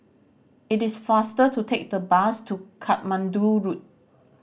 it is faster to take the bus to Katmandu Road